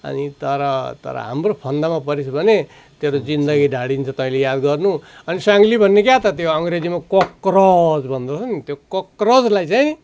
अनि तर तर हाम्रो फन्दामा परिस् भने तेरो जिन्दगी ढाडिन्छ तैँले याद गर्नु अनि साङ्ली भन्ने क्या त त्यो अङ्ग्रेजीमा कक्रोच भन्दोरहेस नि कक्रोचलाई चाहिँ